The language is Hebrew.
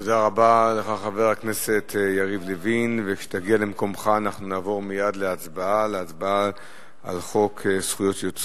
בתור שר תרבות, אני אומר לך: יישר כוח.